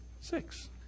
Six